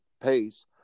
pace